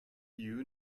you